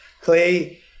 clay